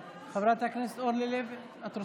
חברת הכנסת אורלי לוי, את רוצה?